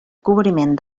cobriment